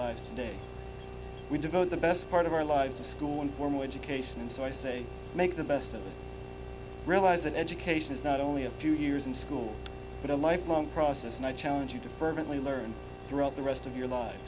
lives we devote the best part of our lives to school and formal education so i say make the best realize that education is not only a few years in school but a lifelong process and i challenge you to fervently learn throughout the rest of your li